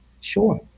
Sure